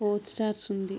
four stars ఉంది